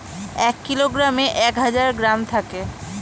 এক কিলোগ্রামে এক হাজার গ্রাম থাকে